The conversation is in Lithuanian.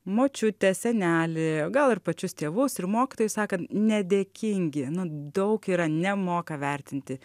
močiutę senelį gal ir pačius tėvus ir mokytojus sakant nedėkingi nu daug yra nemoka vertinti